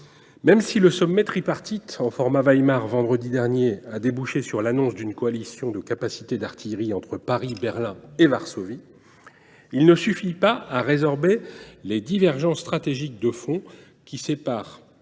Même si le sommet tripartite en format Weimar de vendredi dernier a débouché sur l’annonce d’une coalition de capacité d’artillerie entre Paris, Berlin et Varsovie, il ne suffit pas à résorber les divergences stratégiques de fond qui séparent